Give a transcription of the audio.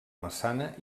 massana